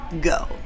go